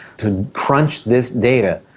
to crunch this data,